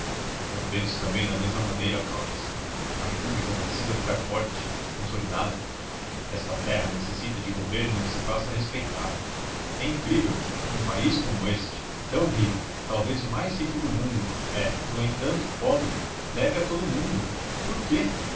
eu penso também da mesma maneira caldas a república precisa ficar forte consolidada esta terra necessita de governo que se faça respeitar é incrível um país como este tão rico talvez o mais rico do mundo é no entanto pobre deve a todo o mundo por quê